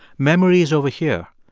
memory is over here,